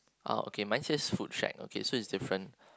uh oh okay mine says food shack okay so it's different